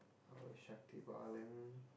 our